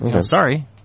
sorry